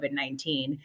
COVID-19